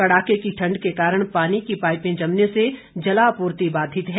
कड़ाके की ठंड के कारण पानी की पाईपें जमने से जलापूर्ति बाधित है